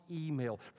email